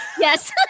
Yes